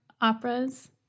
operas